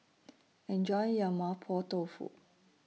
Enjoy your Mapo Tofu